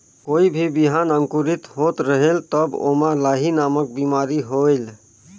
कोई भी बिहान अंकुरित होत रेहेल तब ओमा लाही नामक बिमारी होयल?